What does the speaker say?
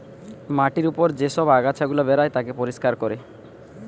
মাটির উপর যে সব আগাছা গুলা বেরায় তাকে পরিষ্কার কোরে